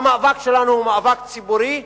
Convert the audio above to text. המאבק שלנו הוא מאבק ציבורי,